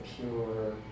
pure